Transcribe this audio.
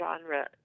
genre